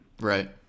Right